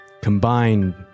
combined